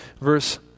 Verse